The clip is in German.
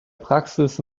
praxis